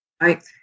Right